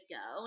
go